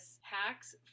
hacks